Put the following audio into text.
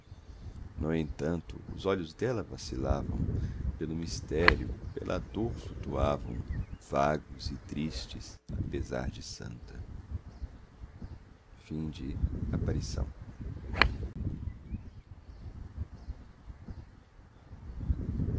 no entanto os olhos dela vacilavam pelo mistério pela dor flutuavam vagos e tristes apesar de santa